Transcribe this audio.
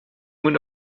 moet